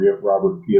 Robert